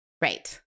Right